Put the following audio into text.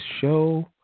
Show